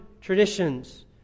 traditions